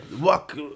walk